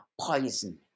poison